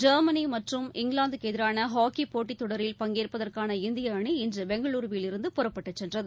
Germany மற்றும் இங்கிலாந்துக்கு எதிரான ஹாக்கிப்போட்டித் தொடரில் பங்கேற்பதற்கான இந்திய அணி இன்று பெங்களுருவில் இருந்து புறப்பட்டு சென்றது